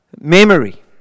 memory